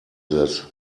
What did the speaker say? this